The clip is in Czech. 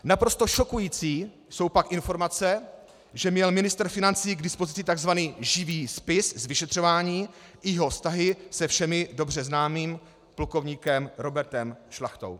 Naprosto šokující jsou pak informace, že měl ministr financí k dispozici tzv. živý spis z vyšetřování, i jeho vztahy se všem dobře známým plukovníkem Robertem Šlachtou.